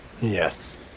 Yes